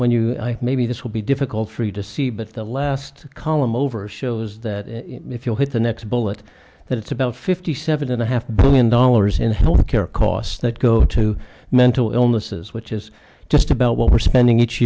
when you maybe this will be difficult for you to see but the last column over shows that if you hit the next bullet that it's about fifty seven and a half billion dollars in healthcare costs that go to mental illnesses which is just about what we're spending each